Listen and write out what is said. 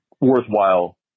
worthwhile